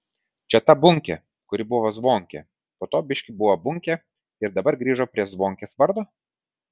čia ta bunkė kuri buvo zvonkė po to biškį buvo bunkė ir dabar grįžo prie zvonkės vardo